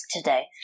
today